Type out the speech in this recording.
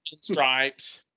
stripes